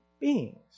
beings